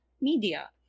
media